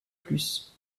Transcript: plus